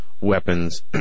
weapons